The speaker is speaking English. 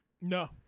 No